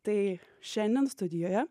tai šiandien studijoje